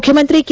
ಮುಖ್ಯಮಂತ್ರಿ ಕೆ